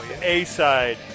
A-side